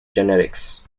genetics